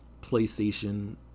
PlayStation